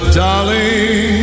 darling